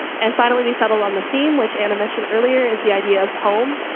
and finally, we settled on the theme, which anna mentioned earlier is the idea of home,